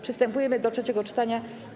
Przystępujemy do trzeciego czytania.